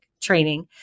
training